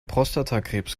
prostatakrebs